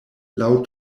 laŭ